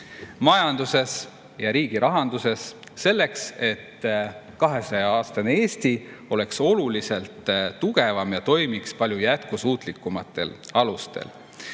majanduses ja riigirahanduses, selleks et 200‑aastane Eesti oleks oluliselt tugevam ja toimiks palju jätkusuutlikumatel alustel.